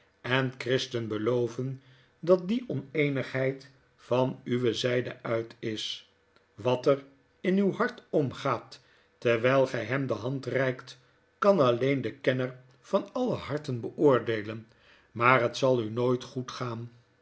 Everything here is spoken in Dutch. en christen beloven dat die oneenigheid van uwe zyde uit is wat er in uw hart omgaat terwyl gy hem de hand reikt kan alleen de kenner van alle harten beoordeelen maar het zal u nooit goed gaan